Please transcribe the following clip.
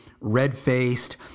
red-faced